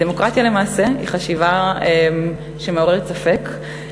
דמוקרטיה היא למעשה חשיבה שמעוררת ספק,